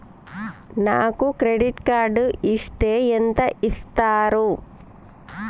నాకు credit card ఇస్తే ఎంత ఇస్తరు?